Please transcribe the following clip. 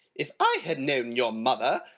if i had known your mother,